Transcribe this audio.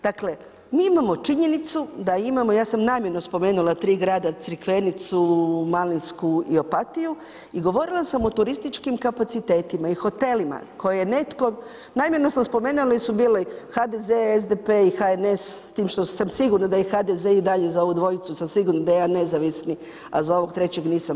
Dakle mi imamo činjenicu da imamo, ja sam namjerno spomenula 3 grada Crikvenicu, Malinsku i opatiju i govorila sam o turističkim kapacitetima i hotelima koje je netko, namjerno sam spomenula jer su bili HDZ, SDP i HNS s time što sam sigurna da i HDZ i dalje za ovu dvojcu sam sigurna da je jedan nezavisni a za ovog trećeg nisam.